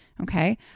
Okay